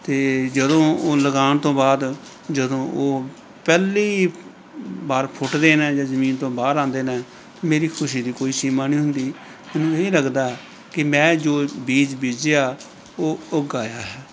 ਅਤੇ ਜਦੋਂ ਉਹ ਲਗਾਉਣ ਤੋਂ ਬਾਅਦ ਜਦੋਂ ਉਹ ਪਹਿਲੀ ਵਾਰ ਫੁੱਟਦੇ ਨੇ ਜਾਂ ਜਮੀਨ ਤੋਂ ਬਾਹਰ ਆਉਂਦੇ ਨੇ ਮੇਰੀ ਖੁਸ਼ੀ ਦੀ ਕੋਈ ਸੀਮਾ ਨਹੀਂ ਹੁੰਦੀ ਮੈਨੂੰ ਇਹ ਹੀ ਲੱਗਦਾ ਕਿ ਮੈਂ ਜੋ ਬੀਜ਼ ਬੀਜ਼ਿਆ ਉਹ ਉਗ ਆਇਆ ਹੈ